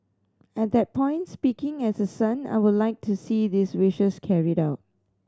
at that point speaking as a son I would like to see these wishes carried out